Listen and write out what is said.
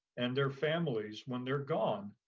and their families, when they're gone,